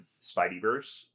Spideyverse